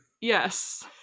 Yes